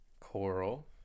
coral